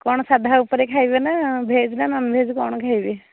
କ'ଣ ସାଧା ଉପରେ ଖାଇବେ ନା ଭେଜ୍ ନା ନନ୍ ଭେଜ୍ କ'ଣ ଖାଇବେ